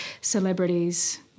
celebrities